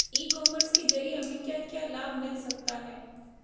ई commerce के ज़रिए हमें क्या क्या लाभ मिल सकता है?